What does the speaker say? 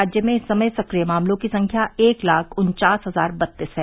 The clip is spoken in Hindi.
राज्य में इस समय सक्रिय मामलों की संख्या एक लाख उन्चास हजार बत्तीस है